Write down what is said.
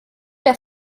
der